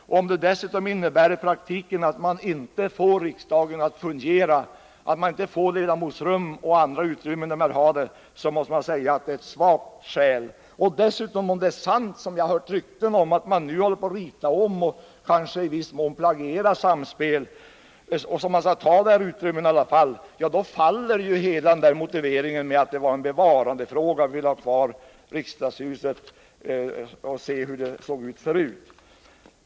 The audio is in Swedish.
Om alternativet dessutom i praktiken innebär att riksdagen inte kommer att kunna fungera tillfredsställande, genom att ledamotsrum och andra utrymmen inte ligger där man vill ha dem, är det verkligen en svag lösning. Jag har vidare hört rykten om att man nu håller på att rita om detta alternativ och därvid kanske i viss mån plagierar Samspel så att man ändå skulle ta i anspråk de utrymmen som där förutsätts. Om det är sant faller argumenteringen att det skulle gälla att bevara riksdagshuset så att man kan se hur det en gång i tiden såg ut.